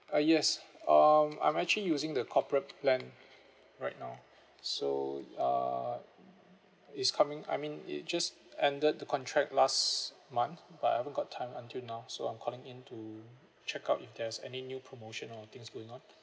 uh yes um I'm actually using the corporate plan right now so uh is coming I mean it just ended the contract last month but I haven't got time until now so I'm calling in to check out if there's any new promotional things going on